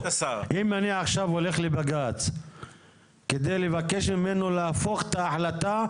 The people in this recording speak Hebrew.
אם אני עכשיו הולך לבג"ץ כדי לבקש ממנו להפוך את ההחלטה,